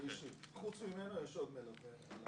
חוץ ממנו יש עוד מלווה.